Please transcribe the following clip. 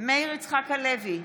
מאיר יצחק הלוי,